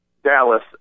dallas